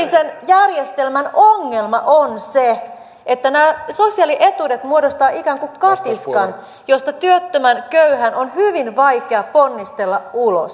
mutta nykyisen järjestelmän ongelma on se että nämä sosiaalietuudet muodostavat ikään kuin katiskan josta työttömän köyhän on hyvin vaikea ponnistella ulos